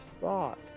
thought